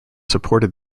supported